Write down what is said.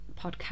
podcast